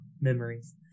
memories